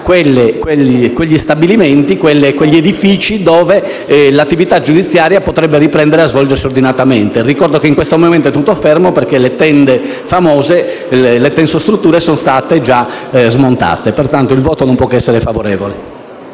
di individuare quegli edifici dove l'attività giudiziaria potrebbe riprendere a svolgersi ordinatamente. Ricordo che in questo momento è tutto fermo perché le famose tensostrutture sono già state smontate. Pertanto il nostro voto non può che essere favorevole.